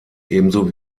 ebenso